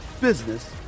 business